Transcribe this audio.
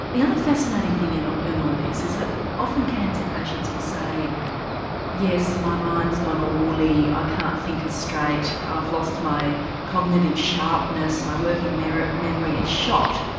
the other fascinating thing in in all this is that often cancer patients will say yes, my mind's gone all woolly, i can't think as straight i've lost my cognitive sharpness, my working memory memory is shot.